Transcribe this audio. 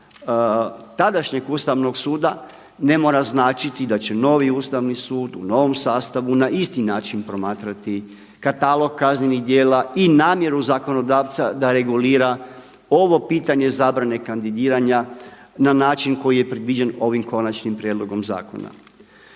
tadašnjeg Ustavnog suda, ne mora značiti da će novi Ustavni sud u novom sastavu na isti način promatrati Katalog kaznenih djela i namjeru zakonodavca da regulira ovo pitanje zabrane kandidiranja na način koji je predviđen ovim konačnim prijedlogom zakona.